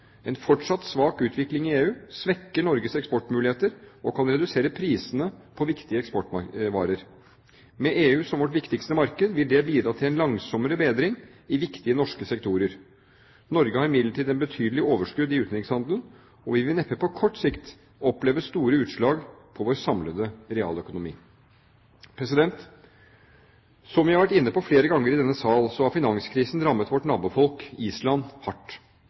En fortsatt svak utvikling i EU svekker Norges eksportmuligheter og kan redusere prisene på viktige eksportvarer. Med EU som vårt viktigste marked vil det bidra til en langsommere bedring i viktige norske sektorer. Norge har imidlertid et betydelig overskudd i utenrikshandelen, og vi vil neppe på kort sikt oppleve store utslag på vår samlede realøkonomi. Som jeg har vært inne på flere ganger i denne sal, har finanskrisen rammet vårt nabofolk på Island hardt.